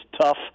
tough